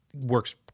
works